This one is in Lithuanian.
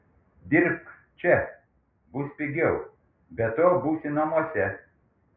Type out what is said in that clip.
dirbk čia bus pigiau be to būsi namuose